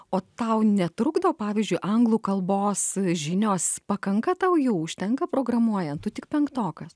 o tau netrukdo pavyzdžiui anglų kalbos žinios pakanka tau jų užtenka programuojant tu tik penktokas